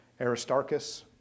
Aristarchus